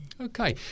Okay